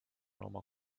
oma